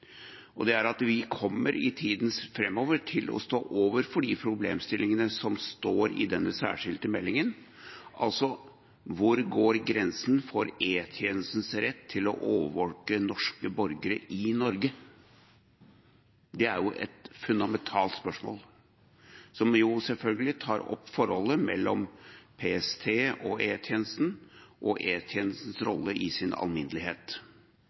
Det er at vi i tiden framover kommer til å stå overfor de problemstillingene som tas opp i denne særskilte meldingen: Hvor går grensen for E-tjenestens rett til å overvåke norske borgere i Norge? Det er et fundamentalt spørsmål, som selvfølgelig tar opp forholdet mellom PST og E-tjenesten, og E-tjenestens rolle i sin alminnelighet.